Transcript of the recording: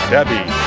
Debbie